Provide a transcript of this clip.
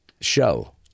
show